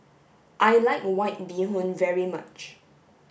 I like white bee hoon very much